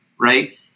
Right